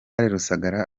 rusagara